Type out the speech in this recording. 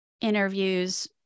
interviews